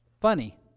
funny